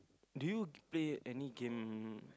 do you play any game